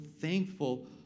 thankful